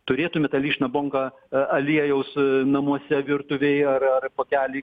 turėtume tą lišną bonką a aliejaus namuose virtuvėj ar ar pakelį